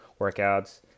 workouts